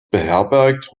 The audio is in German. beherbergt